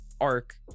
arc